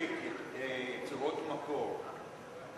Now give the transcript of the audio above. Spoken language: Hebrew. להפיק יצירות מקור,